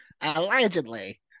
Allegedly